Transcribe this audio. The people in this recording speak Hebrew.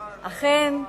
אכן,